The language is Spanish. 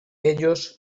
ellos